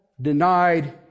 denied